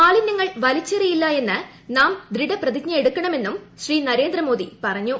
മാലിനൃങ്ങൾ വലിച്ചെറിയില്ല എന്ന് നാം ദൃഢപ്രതിജ്ഞയെടുക്കണമെന്നും ശ്രീ നരേന്ദ്ര മോദി പറഞ്ഞു